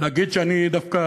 להגיד שאני דווקא,